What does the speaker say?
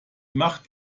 macht